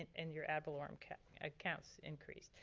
and your ad valorem accounts increased.